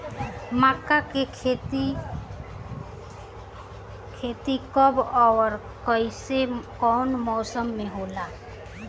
मका के खेती कब ओर कवना मौसम में होला?